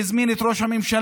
והוא הזמין את ראש הממשלה,